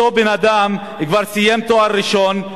אותו בן-אדם כבר סיים תואר ראשון,